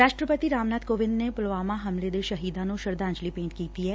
ਰਾਸ਼ਟਰਪਤੀ ਰਾਮ ਨਾਬ ਕੋਵਿਦ ਨੇ ਪੁਲਵਾਮਾ ਹਮਲੇ ਦੇ ਸ਼ਹੀਦਾਂ ਨੂੰ ਸ਼ਰਧਾਂਜਲੀ ਭੇਂਟ ਕੀਤੀ ਐ